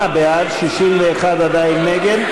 58 בעד, 61 עדיין נגד.